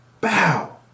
Bow